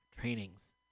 trainings